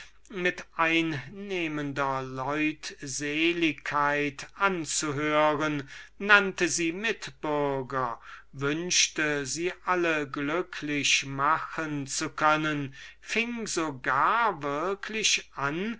mit einnehmender leutseligkeit anzuhören nannte sie mitbürger wünschte sie alle glücklich machen zu können machte würklich den